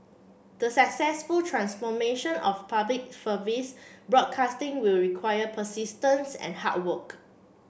the successful transformation of Public Service broadcasting will require persistence and hard work